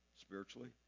spiritually